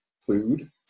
food